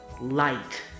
light